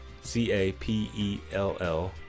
C-A-P-E-L-L